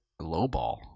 lowball